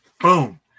Boom